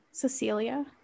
Cecilia